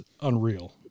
unreal